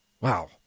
Wow